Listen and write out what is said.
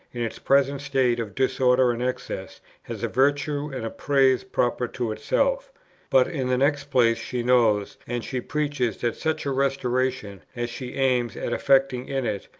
in its present state of disorder and excess, has a virtue and a praise proper to itself but in the next place she knows and she preaches that such a restoration, as she aims at effecting in it,